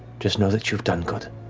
just know that you've done good,